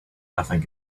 nothing